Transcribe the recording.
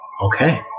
Okay